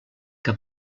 que